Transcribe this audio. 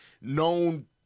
known